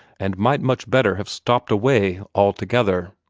and might much better have stopped away altogether.